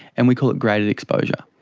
and we call it graded exposure.